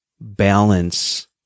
balance